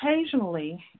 occasionally